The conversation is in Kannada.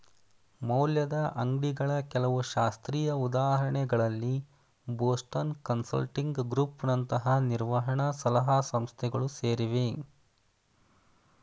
ಮೌಲ್ಯದ ಅಂಗ್ಡಿಗಳ ಕೆಲವು ಶಾಸ್ತ್ರೀಯ ಉದಾಹರಣೆಗಳಲ್ಲಿ ಬೋಸ್ಟನ್ ಕನ್ಸಲ್ಟಿಂಗ್ ಗ್ರೂಪ್ ನಂತಹ ನಿರ್ವಹಣ ಸಲಹಾ ಸಂಸ್ಥೆಗಳು ಸೇರಿವೆ